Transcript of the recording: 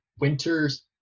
winter's